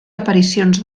aparicions